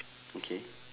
okay